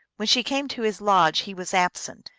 when she came to his lodge he was absent.